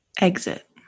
Exit